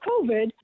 covid